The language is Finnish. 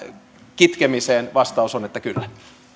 kitkemiseen vastaus on että kyllä